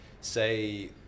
say